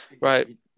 Right